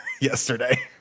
yesterday